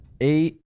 eight